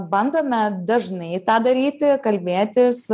bandome dažnai tą daryti kalbėtis